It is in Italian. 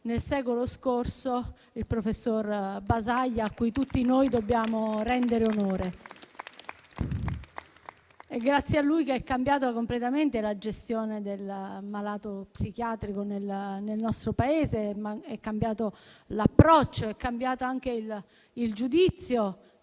nel secolo scorso il professor Basaglia, a cui tutti noi dobbiamo rendere onore. È grazie a lui, infatti, che è cambiata completamente la gestione del malato psichiatrico nel nostro Paese, sono cambiati l'approccio e anche il giudizio